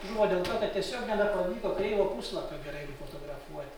žuvo dėl to kad tiesiog nebepavyko kreivo puslapio gerai nufotografuoti